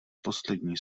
poslední